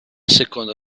secondo